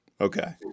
Okay